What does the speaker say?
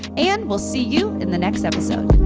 and we'll see you in the next episode.